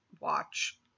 watch